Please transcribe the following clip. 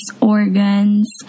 organs